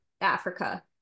africa